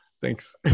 Thanks